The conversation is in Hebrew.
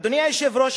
אדוני היושב-ראש,